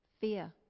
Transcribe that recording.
fear